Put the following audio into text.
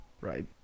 right